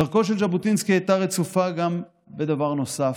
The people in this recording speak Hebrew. דרכו של ז'בוטינסקי הייתה רצופה גם בדבר נוסף,